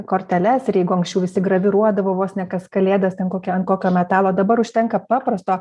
korteles ir jeigu anksčiau visi graviruodavo vos ne kas kalėdas ten kokią ant kokio metalo dabar užtenka paprasto